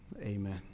amen